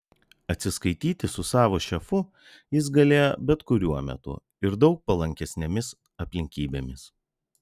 atsiskaityti su savo šefu jis galėjo bet kuriuo metu ir daug palankesnėmis aplinkybėmis